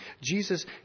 Jesus